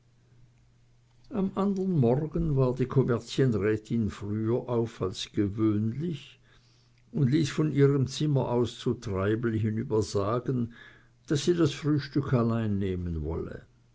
am anderen morgen war die kommerzienrätin früher auf als gewöhnlich und ließ von ihrem zimmer aus zu treibel hinüber sagen daß sie das frühstück allein nehmen wolle